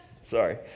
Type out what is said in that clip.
Sorry